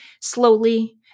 slowly